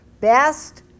best